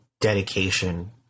dedication